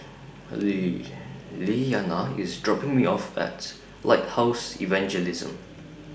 Lee Lilyana IS dropping Me off At Lighthouse Evangelism